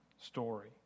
story